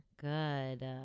Good